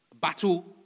battle